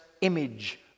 image